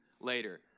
later